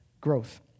growth